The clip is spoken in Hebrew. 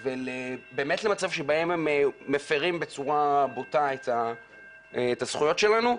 ולמצב שבו שהם מפרים בצורה בוטה את הזכויות שלנו.